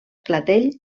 clatell